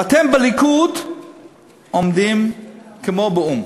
ואתם בליכוד עומדים כמו באו"ם,